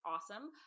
awesome